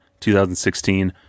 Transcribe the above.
2016